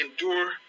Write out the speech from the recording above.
endure